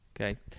okay